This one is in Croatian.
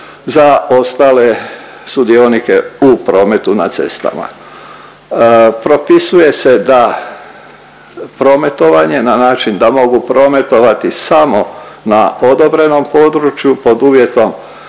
za ostale sudionike u prometu na cestama. Propisuje se da prometovanje na način da mogu prometovati samo na odobrenom području pod uvjetom